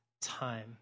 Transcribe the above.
time